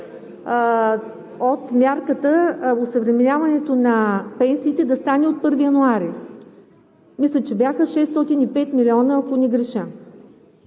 от мярката – осъвременяването на пенсиите да стане от 1 януари. Мисля, че бяха 605 милиона, ако не греша?!